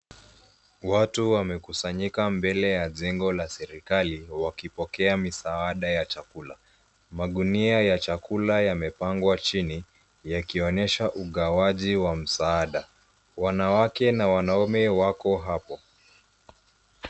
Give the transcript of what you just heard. Watu wamekusanyika mbele ya jengo la serikali wakipokea misaada ya chakula. Magunia ya chakula yamepangwa chini yakionyesha ugawaji wa msaada wanawake na wanaume wako hapo.